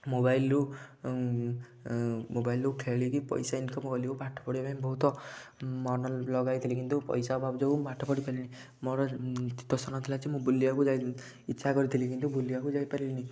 ମୋବାଇଲରୁ ମୋବାଇଲରୁ ଖେଳିକି ପଇସା ଇନକମ କଲି ଓ ପାଠ ପଢ଼ିବା ପାଇଁ ବହୁତ ମନ ଲଗାଇ ଥିଲି କିନ୍ତୁ ପଇସା ଅଭାବ ଯୋଗୁଁ ମୁଁ ପାଠ ପଢ଼ି ପାରିଲିନି ମୋର ଦିଗଦର୍ଶନ ଥିଲା ଯେ ମୁଁ ବୁଲିବାକୁ ଯାଇ ଇଚ୍ଛା କରିଥିଲି କିନ୍ତୁ ବୁଲିବାକୁ ଯାଇ ପାରିଲିନି